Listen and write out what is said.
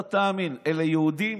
לא תאמין, אלה יהודים